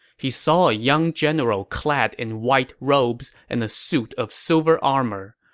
he saw a young general clad in white robes and a suit of silver armor.